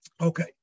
Okay